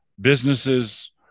businesses